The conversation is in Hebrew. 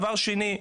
דבר שני,